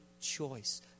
choice